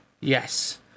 Yes